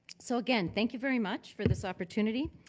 so again, thank you very much for this opportunity.